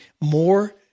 more